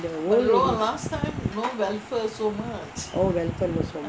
oh welfare not so much